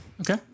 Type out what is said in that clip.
Okay